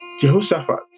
Jehoshaphat